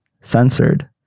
Censored